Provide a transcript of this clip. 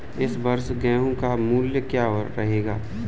इस वर्ष गेहूँ का मूल्य क्या रहेगा?